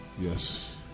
Yes